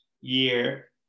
year